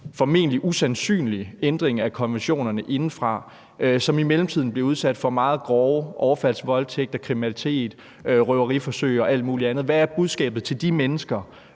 formentlig usandsynlig ændring af konventionerne indefra, bliver udsat for meget grove overfaldsvoldtægter, kriminalitet, røveriforsøg og alt mulig andet. Hvad er budskabet til de mennesker